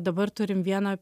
dabar turim vieną